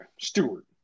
Stewart